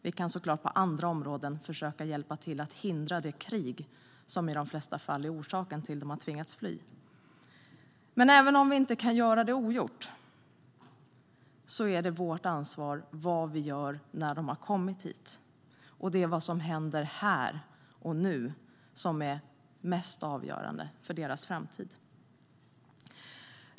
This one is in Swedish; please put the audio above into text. Vi kan såklart på andra områden försöka hjälpa till att hindra det krig som i de flesta fall är orsaken till att de har tvingats fly. Men även om vi inte kan göra kriget ogjort är det vårt ansvar vad vi gör när de har kommit hit. Det är vad som händer här och nu som är mest avgörande för deras framtid.